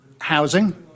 Housing